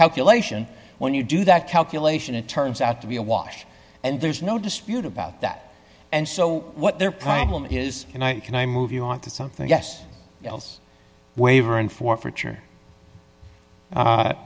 calculation when you do that calculation it turns out to be a wash and there's no dispute about that and so what their problem is and i can i move you on to something yes else waiver and forfeiture